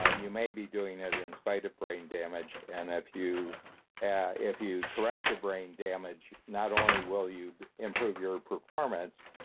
ah you may be doing it it in spite of brain damage, and if you ah if you correct the brain damage, not only will you improve your performance,